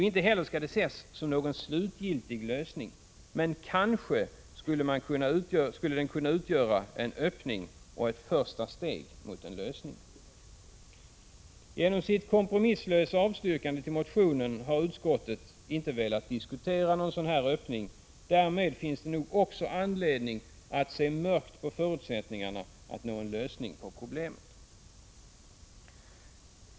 Inte heller skall den ses som någon slutlig lösning. Men kanske skulle den kunna utgöra en öppning och ett första steg mot en lösning. Genom sitt kompromisslösa avstyrkande av motionen har utskottet emellertid inte velat diskutera någon sådan öppning. Därmed finns det nog också anledning att se mörkt på förutsättningarna att nå en lösning på problemet.